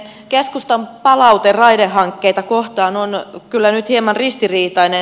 keskustan palaute raidehankkeita kohtaan on kyllä nyt hieman ristiriitainen